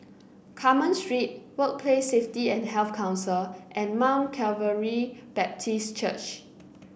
Carmen Street Workplace Safety and Health Council and Mount Calvary Baptist Church